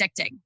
addicting